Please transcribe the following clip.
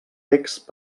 text